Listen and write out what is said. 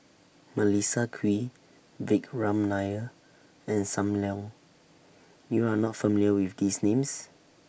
Melissa Kwee Vikram Nair and SAM Leong YOU Are not familiar with These Names